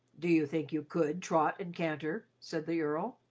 do you think you could trot and canter? said the earl.